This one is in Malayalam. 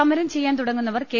സമരം ചെയ്യാൻ തുടങ്ങുന്നവർ കെ